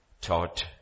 taught